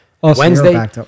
wednesday